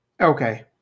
Okay